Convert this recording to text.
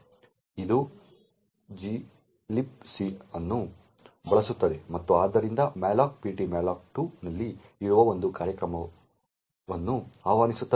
ಇದು glibc ಅನ್ನು ಬಳಸುತ್ತದೆ ಮತ್ತು ಆದ್ದರಿಂದ malloc ptmalloc2 ನಲ್ಲಿ ಇರುವ ಒಂದು ಕಾರ್ಯವನ್ನು ಆಹ್ವಾನಿಸುತ್ತದೆ